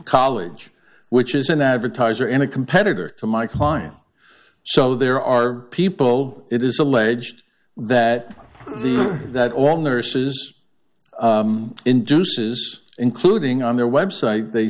college which is an advertiser in a competitor to my client so there are people it is alleged that the that all nurses induces including on their website they